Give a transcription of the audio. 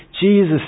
Jesus